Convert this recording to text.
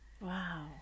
Wow